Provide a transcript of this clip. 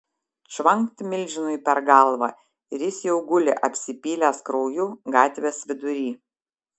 čvankt milžinui per galvą ir jis jau guli apsipylęs krauju gatvės vidury